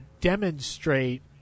demonstrate